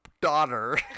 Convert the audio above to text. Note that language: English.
daughter